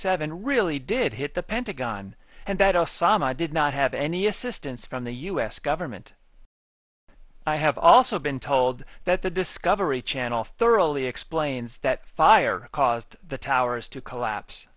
seven really did hit the pentagon and that osama did not have any assistance from the us government i have also been told that the discovery channel thoroughly explains that fire caused the towers to collapse